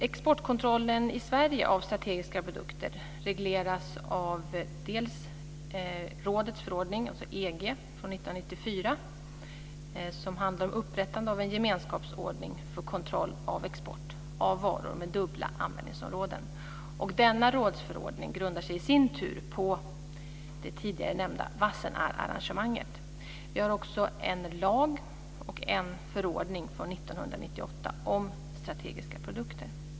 Exportkontrollen i Sverige av strategiska produkter regleras bl.a. av rådets förordning, - alltså av EG rätten - från 1994, som handlar om upprättande av en gemenskapsordning för kontroll av export av varor med dubbla användningsområden. Denna rådsförordning grundar sig i sin tur på det tidigare nämnda Wassenaararrangemanget. Vi har också en lag och en förordning från 1998 om strategiska produkter.